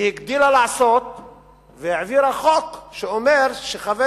היא הגדילה לעשות והעבירה חוק שאומר שחבר